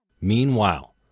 Meanwhile